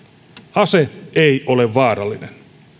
ase ei ole vaarallinen